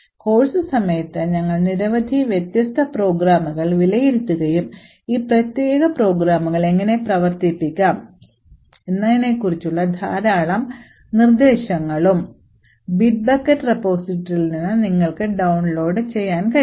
course സമയത്ത് ഞങ്ങൾ നിരവധി വ്യത്യസ്ത പ്രോഗ്രാമുകൾ വിലയിരുത്തുകയും ഈ പ്രത്യേക പ്രോഗ്രാമുകൾ എങ്ങനെ പ്രവർത്തിപ്പിക്കാം എന്നതിനെക്കുറിച്ചുള്ള ധാരാളം നിർദ്ദേശങ്ങളും Bitbucket repositoryൽ നിന്ന് നിങ്ങൾക്ക് ഡൌൺലോഡ് ചെയ്യാൻ കഴിയും